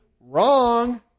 Wrong